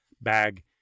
bag